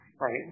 Right